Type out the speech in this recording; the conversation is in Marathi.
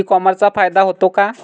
ई कॉमर्सचा फायदा होतो का?